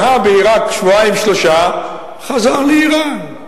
שהה בעירק שבועיים, שלושה, חזר לאירן.